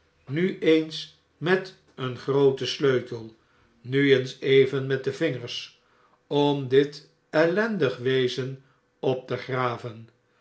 nu eens met een grooten sleutel nu eens even met de vingers om dit ellendig wezen op te graven